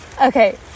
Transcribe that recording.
Okay